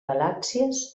galàxies